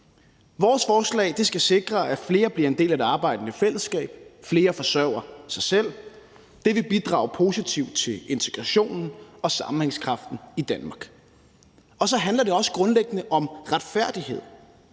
Vores forslag skal sikre, at flere bliver en del af det arbejdende fællesskab, at flere forsørger sig selv – det vil bidrage positivt til integrationen og sammenhængskraften i Danmark – og så handler det også grundlæggende om retfærdighed.